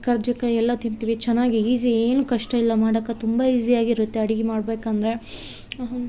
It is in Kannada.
ಕರ್ಜಿಕಾಯಿ ಎಲ್ಲ ತಿಂತೀವಿ ಚೆನ್ನಾಗಿ ಈಜಿ಼ ಏನು ಕಷ್ಟ ಇಲ್ಲ ಮಾಡೋಕ್ಕೆ ತುಂಬ ಈಜಿ಼ಯಾಗಿರುತ್ತೆ ಅಡಿಗೆ ಮಾಡಬೇಕಂದ್ರೆ